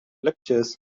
lectures